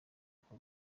uko